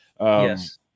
Yes